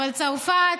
צרפת,